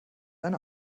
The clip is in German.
eine